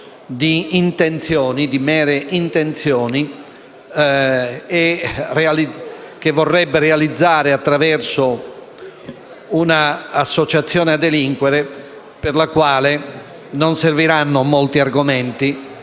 imputato di mere intenzioni che vorrebbe realizzare attraverso un'associazione a delinquere per la quale non serviranno molti argomenti,